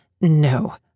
No